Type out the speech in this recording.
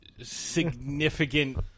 significant